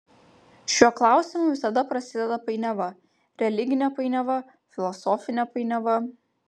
šiuo klausimu visada prasideda painiava religinė painiava filosofinė painiava